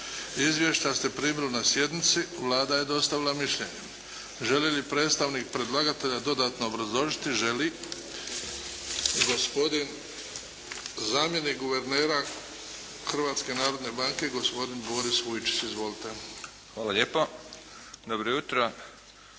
Izvještaj ste primili na sjednici. Vlada je dostavila mišljenje. Želi li predstavnik predlagatelja dodatno obrazložiti? Želi. Gospodin zamjenik guvernera Hrvatske narodne banke, gospodin Boris Vujčić. Izvolite! **Vujčić, Boris** Hvala lijepa. Dobro jutro